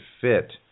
fit